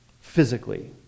physically